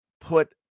put